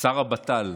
שר הבט"ל,